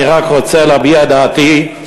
אני רק רוצה להביע את דעתי,